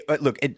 Look